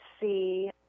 see